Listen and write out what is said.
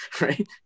right